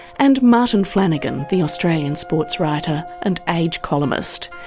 and martin flanagan, the australian sportswriter and age columnist.